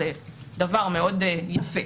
זה דבר מאוד יפה.